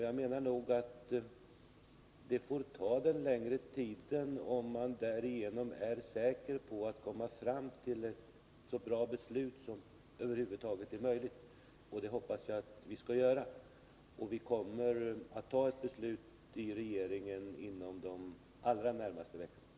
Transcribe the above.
Jag anser att det får ta den längre tiden om man därigenom blir säker på att man kommer fram till ett så bra beslut som över huvud taget är möjligt, och det hoppas jag att vi skall göra. Vi kommer att fatta ett beslut i regeringen inom de allra närmaste veckorna.